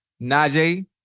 Najee